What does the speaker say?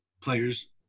players